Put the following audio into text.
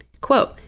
Quote